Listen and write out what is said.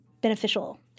beneficial